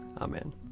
Amen